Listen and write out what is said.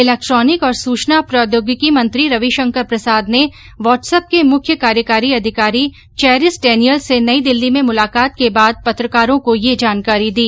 electronic और सूचना प्रौद्योगिकी मंत्री रविशंकर प्रसाद ने व्हाट्सएप के मुख्य कार्यकारी अधिकारी चेरिस डेनियल्स से नई दिल्ली में मुलाकात के बाद पत्रकारों को यह जानकारी दी